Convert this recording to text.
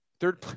third